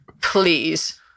please